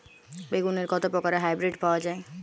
বেগুনের কত প্রকারের হাইব্রীড পাওয়া যায়?